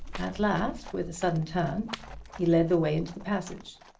at last, with a sudden turn he led the way into the passage.